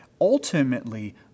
ultimately